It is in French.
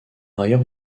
ailleurs